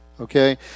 Okay